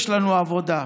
יש לנו עבודה: